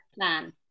plan